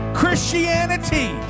christianity